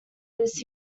this